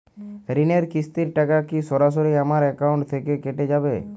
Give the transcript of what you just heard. ঋণের কিস্তির টাকা কি সরাসরি আমার অ্যাকাউন্ট থেকে কেটে যাবে?